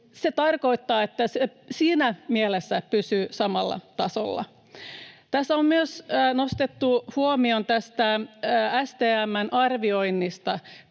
Se tarkoittaa, että se siinä mielessä pysyy samalla tasolla. Tässä on myös nostettu huomio tästä STM:n arvioinnista.